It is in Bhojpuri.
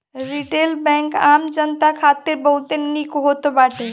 रिटेल बैंक आम जनता खातिर बहुते निक होत बाटे